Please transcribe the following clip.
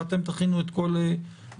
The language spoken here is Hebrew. ואתם תכינו את כל תשובותיכם.